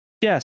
Yes